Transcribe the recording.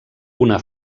una